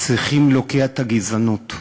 צריכים להוקיע את הגזענות,